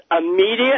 immediate